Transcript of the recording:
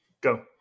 Go